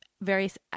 various